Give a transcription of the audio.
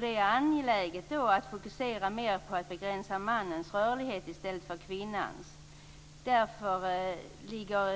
Det är då angeläget att fokusera mera på att begränsa mannens rörlighet i stället för på kvinnans. Därför skall